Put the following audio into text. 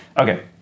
okay